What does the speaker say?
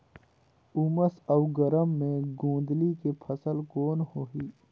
उमस अउ गरम मे गोंदली के फसल कौन होही?